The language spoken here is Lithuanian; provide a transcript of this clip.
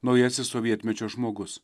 naujasis sovietmečio žmogus